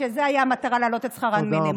כשזו הייתה המטרה, להעלות את שכר המינימום.